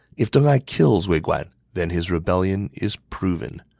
if deng ai kills wei guan, then his rebellion is proven.